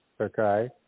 Okay